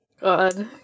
God